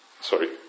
sorry